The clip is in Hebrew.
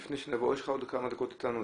יש לך עוד כמה דקות אתנו?